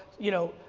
you know,